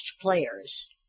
Players